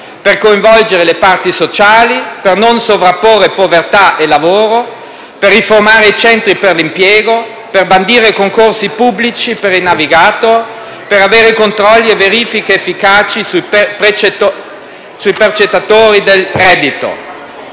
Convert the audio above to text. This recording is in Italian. per coinvolgere le parti sociali, per non sovrapporre povertà e lavoro, per riformare i centri per l'impiego, per bandire concorsi pubblici per i *navigator*, per avere controlli e verifiche efficaci sui percettori del reddito.